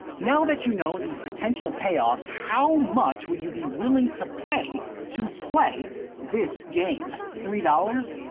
now that you know the potential payoffs, how much would you be willing to pay to play this game? three dollars?